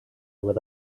with